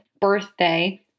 birthday